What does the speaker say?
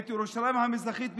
את ירושלים המזרחית ב-67'